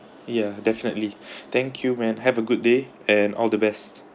ya definitely thank you man have a good day and all the best